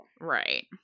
Right